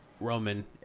Roman